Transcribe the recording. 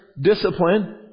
discipline